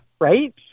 right